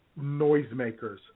Noisemakers